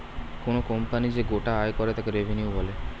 কোনো কোম্পানি যে গোটা আয় করে তাকে রেভিনিউ বলে